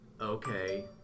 okay